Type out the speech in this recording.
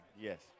Yes